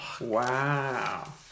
Wow